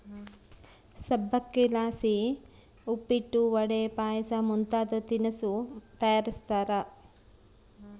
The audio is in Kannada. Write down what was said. ಸಬ್ಬಕ್ಶಿಲಾಸಿ ಉಪ್ಪಿಟ್ಟು, ವಡೆ, ಪಾಯಸ ಮುಂತಾದ ತಿನಿಸು ತಯಾರಿಸ್ತಾರ